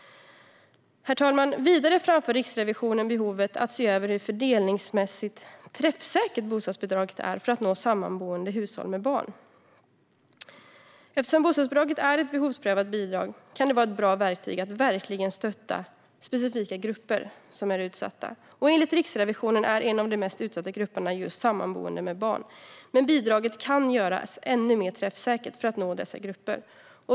Herr talman! Vidare framför Riksrevisionen behovet av att se över hur fördelningsmässigt träffsäkert bostadsbidraget är för att nå sammanboende hushåll med barn. Eftersom bostadsbidraget är ett behovsprövat bidrag kan det vara ett bra verktyg för att verkligen stötta specifika grupper som är utsatta. Enligt Riksrevisionen är en av de mest utsatta grupperna just sammanboende med barn. Men bidraget kan göras ännu mer träffsäkert för att nå dessa grupper.